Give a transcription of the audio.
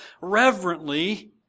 reverently